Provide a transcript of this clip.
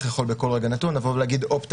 יכול בכל רגע נתון לבוא ולהגיד "opt out",